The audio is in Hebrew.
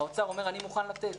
האוצר אומר, אני מוכן לתת.